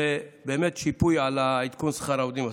זה שיפוי על עדכון שכר העובדים הסוציאליים.